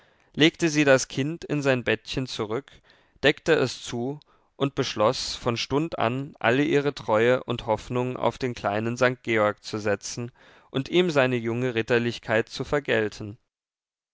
legte sie das kind in sein bettchen zurück deckte es zu und beschloß von stund an alle ihre treue und hoffnung auf den kleinen sankt georg zu setzen und ihm seine junge ritterlichkeit zu vergelten